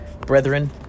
brethren